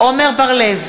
עמר בר-לב,